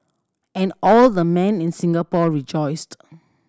and all the men in Singapore rejoiced